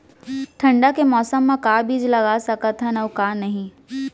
ठंडा के मौसम मा का का बीज लगा सकत हन अऊ का नही?